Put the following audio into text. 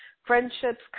Friendships